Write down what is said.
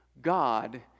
God